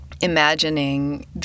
imagining